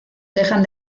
dejan